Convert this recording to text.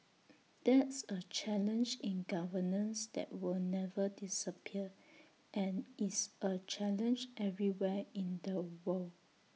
that's A challenge in governance that will never disappear and is A challenge everywhere in the world